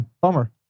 Bummer